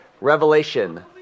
Revelation